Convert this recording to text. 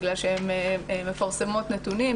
בגלל שהן מפרסמות נתונים,